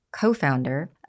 co-founder